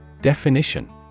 Definition